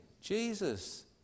Jesus